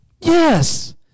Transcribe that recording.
Yes